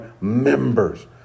members